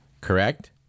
Correct